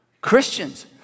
Christians